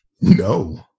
No